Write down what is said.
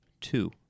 two